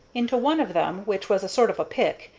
into one of them, which was a sort of a pick,